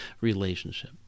relationship